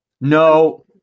No